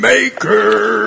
Maker